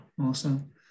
Awesome